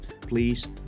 please